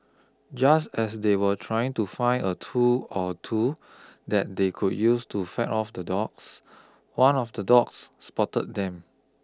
just as they were trying to find a tool or two that they could use to fend off the dogs one of the dogs spotted them